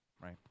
right